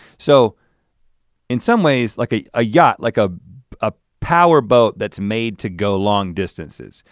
so in some ways, like a ah yacht, like a a powerboat that's made to go long distances.